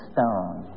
Stone